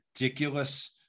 ridiculous